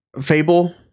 Fable